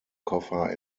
koffer